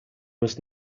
must